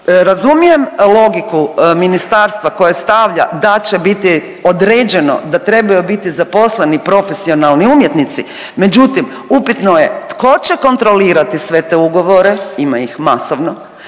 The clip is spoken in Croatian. Razumijem logiku Ministarstva koje stavlja da će biti određeno da trebaju biti zaposleni profesionalni umjetnici međutim, upitno je tko će kontrolirati sve te ugovore, ima ih masovno,